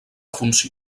funció